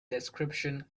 description